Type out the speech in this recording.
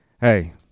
Hey